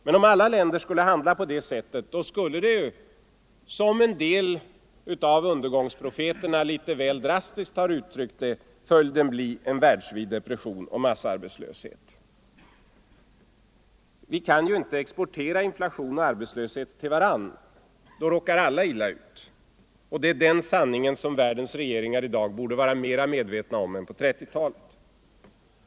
Men om alla länder handlar på det sättet blir följden — som en del av undergångsprofeterna litet väl drastiskt har uttryckt det — en världsvid depression och massarbetslöshet. Vi kan ju inte exportera inflation och arbetslöshet till varandra. Då råkar alla illa ut. Det är den enkla sanning som världens regeringar borde vara betydligt mer medvetna om i dag än på 1930-talet.